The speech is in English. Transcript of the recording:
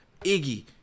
Iggy